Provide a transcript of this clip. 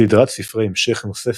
סדרת ספרי המשך נוספת,